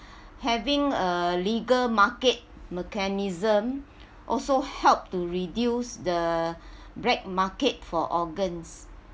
having a legal market mechanism also help to reduce the black market for organs